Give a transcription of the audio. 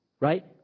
right